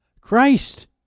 Christ